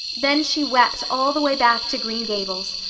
then she wept all the way back to green gables,